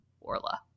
Orla